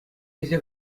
илсе